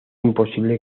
imposible